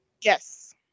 Yes